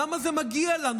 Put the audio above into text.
למה זה מגיע לנו?